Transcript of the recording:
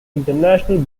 international